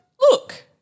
Look